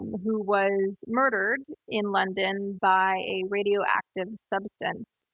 who was murdered in london by a radioactive substance,